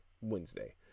wednesday